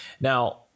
now